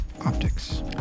optics